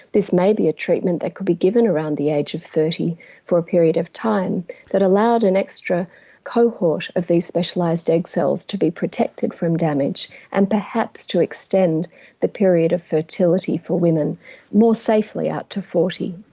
this may be a treatment that could be given around the age of thirty for a period of time that allowed an extra cohort of these specialised egg cells to be protected from damage and perhaps to extend the period of fertility for women more safely out to forty.